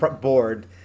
board